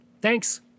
Thanks